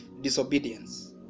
disobedience